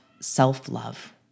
self-love